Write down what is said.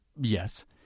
yes